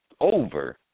over